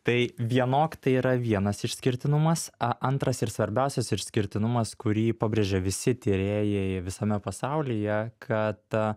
tai vienok tai yra vienas išskirtinumas antras ir svarbiausias išskirtinumas kurį pabrėžia visi tyrėjai visame pasaulyje kad